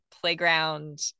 playground